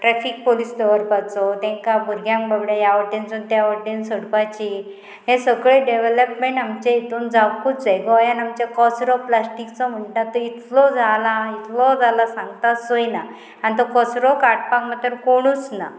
traffic police दवरपाचो तेंकां भुरग्यांक बाबड्या ह्या वाटेनसून त्या वटेन सोडपाची हे सगळें डेवलपमेंट आमच्या हितून जावपूच जाय गोंयान आमच्या कचरो प्लास्टीकचो म्हणटा तो इतलो जाला इतलो जाला सांगता सोय ना आनी तो कचरो काडपाक मत कोणूच ना